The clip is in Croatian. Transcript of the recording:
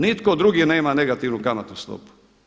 Nitko drugi nema negativnu kamatnu stopu.